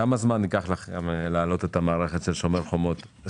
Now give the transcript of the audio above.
כמה זמן ייקח לכם להעלות את המערכת של